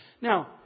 Now